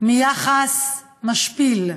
מיחס משפיל,